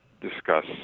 discuss